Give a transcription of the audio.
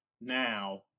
now